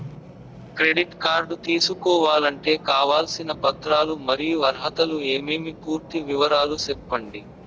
Credit card తీసుకోవాలంటే కావాల్సిన పత్రాలు మరియు అర్హతలు ఏమేమి పూర్తి వివరాలు సెప్పండి?